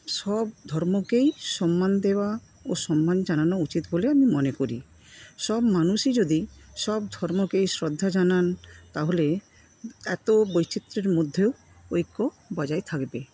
সব ধর্মকেই সম্মান দেওয়া ও সম্মান জানানো উচিত বলে আমি মনে করি সব মানুষই যদি সব ধর্মকে শ্রদ্ধা জানান তাহলে এত বৈচিত্রের মধ্যেও ঐক্য বজায় থাকবে